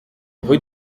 rue